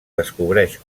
descobreix